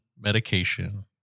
medication